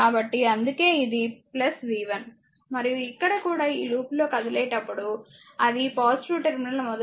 కాబట్టి అందుకే ఇది v1 మరియు ఇక్కడ కూడా ఈ లూప్లో కదిలేటప్పుడు అది టెర్మినల్ మొదట వస్తుంది